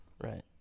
Right